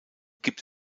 gibt